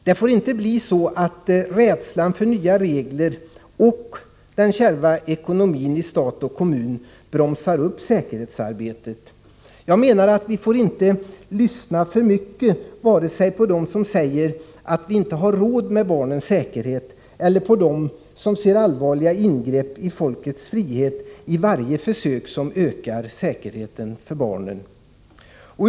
Det får inte bli så, att rädslan för nya regler och den kärva ekonomin i stat och kommun bromsar upp säkerhetsarbetet. Vi får inte lyssna för mycket på vare sig dem som säger att vi inte har råd med barnens säkerhet eller på dem som ser allvarliga ingrepp i folkets frihet i varje försök som ökar säkerheten för barnen.